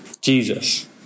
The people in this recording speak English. Jesus